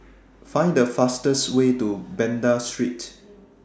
Find The fastest Way to Banda Street